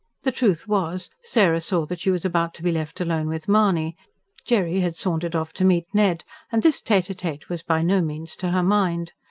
the truth was, sarah saw that she was about to be left alone with mahony jerry had sauntered off to meet ned and this tete-a-tete was by no means to her mind.